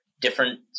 different